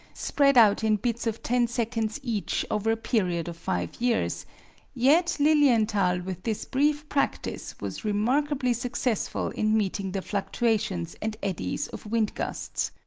spread out in bits of ten seconds each over a period of five years yet lilienthal with this brief practice was remarkably successful in meeting the fluctuations and eddies of wind gusts.